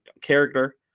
character